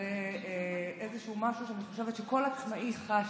וזה איזשהו משהו שאני חושבת שכל עצמאי חש.